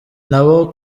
nabo